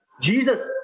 Jesus